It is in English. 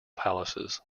palaces